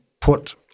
put